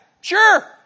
Sure